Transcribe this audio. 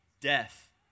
Death